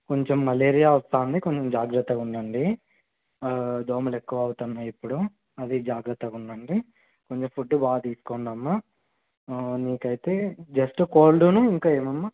కొంచెం మలేరియా వస్తుంది కొంచెం జాగ్రత్తగా ఉండండి దోమలు ఎక్కువ అవుతున్నాయి ఇప్పుడు అది జాగ్రత్తగా ఉండండి కొంచెం ఫుడ్ బాగా తీసుకోండమ్మ మీకైతే జస్ట్ కోల్డును ఇంకా ఏవమ్మా